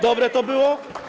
Dobre to było?